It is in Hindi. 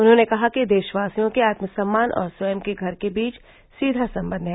उन्होंने कहा कि देशवासियों के आत्म सम्मान और स्वयं के घर के बीच सीघा संबंध है